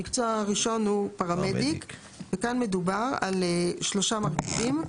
ויש גם לחברת הכנסת